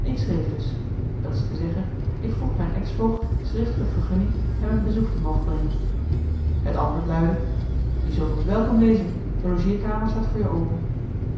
ik schreef dus dat is te zeggen ik vroeg mijn ex voogd schriftelijk vergunning hem een bezoek te mogen brengen het antwoord luidde je zult ons welkom wezen de logeerkamer staat voor je open